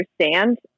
understand